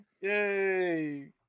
Yay